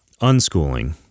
unschooling